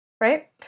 right